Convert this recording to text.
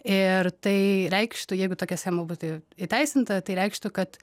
ir tai reikštų jeigu tokia schema būtų įteisinta tai reikštų kad